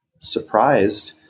surprised